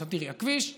עכשיו תראי, כביש 232,